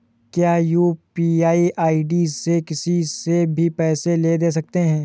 क्या UPI ID से किसी से भी पैसे ले दे सकते हैं?